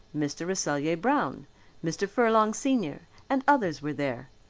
mr. rasselyer-brown, mr. furlong senior and others were there,